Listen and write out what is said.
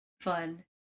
fun